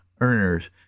earners